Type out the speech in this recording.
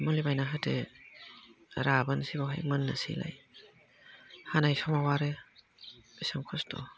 मुलि बायना होदो राबोनोसैआव मोननोसैलाय हानाय समाव आरो बेसाेबां खस्थ'